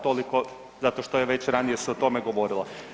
Toliko, zato što je već ranije se o tome govorilo.